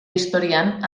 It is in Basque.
historian